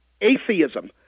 atheism